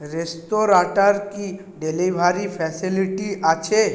রেস্তরাঁটার কি delivery facility আছে